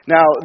Now